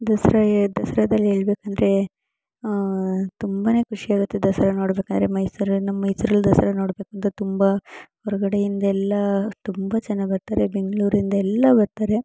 ದಸರಾ ದಸರಾದಲ್ಲಿ ಹೇಳ್ಬೇಕೆಂದ್ರೆ ತುಂಬನೇ ಖುಷಿಯಾಗುತ್ತೆ ದಸರಾ ನೋಡ್ಬೇಕೆಂದ್ರೆ ಮೈಸೂರಲ್ಲಿ ನಮ್ಮ ಮೈಸೂರಲ್ಲಿ ದಸರಾ ನೋಡ್ಬೇಕೆಂದ್ರೆ ತುಂಬ ಹೊರಗಡೆಯಿಂದೆಲ್ಲ ತುಂಬ ಜನ ಬರ್ತಾರೆ ಬೆಂಗಳೂರಿಂದೆಲ್ಲ ಬರ್ತಾರೆ